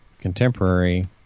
contemporary